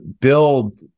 build